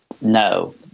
no